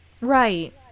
Right